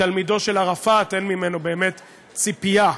תלמידו של ערפאת, אין ממנו באמת ציפייה.